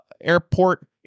airport